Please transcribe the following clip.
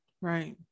Right